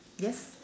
yes